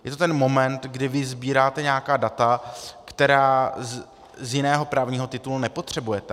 Je to ten moment, kdy vy sbíráte nějaká data, která z jiného právního titulu nepotřebujete.